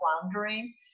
floundering